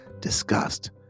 disgust